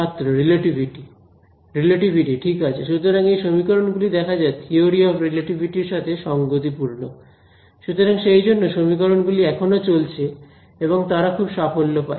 ছাত্র relativity relativity ঠিক আছে সুতরাং এই সমীকরণ গুলি দেখা যায় থিওরি অফ রিলেটিভিটি এর সাথে সংগতিপূর্ণ সুতরাং সেইজন্যে সমীকরণ গুলি এখনো চলছে এবং তারা খুব সাফল্য পায়